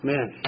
Man